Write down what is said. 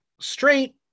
straight